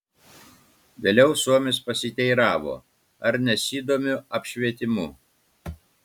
vėliau suomis pasiteiravo ar nesidomiu apšvietimu